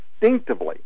instinctively